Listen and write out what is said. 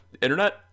internet